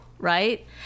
Right